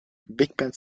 bigband